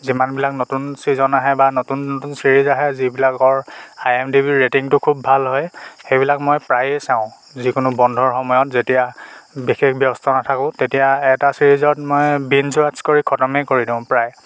যিমানবিলাক নতুন ছিজন আহে বা নতুন নতুন ছিৰিজ আহে যিবিলাকৰ আই এম ডি বি ৰেটিংটো খুউব ভাল হয় সেইবিলাক মই প্ৰায়ে চাওঁ যিকোনো বন্ধৰ সময়ত যেতিয়া বিশেষ ব্যস্ত নাথাকো তেতিয়া এটা ছিৰিজত মই বিঞ্জ ৱাটচ কৰি খটমে কৰি দিওঁ প্ৰায়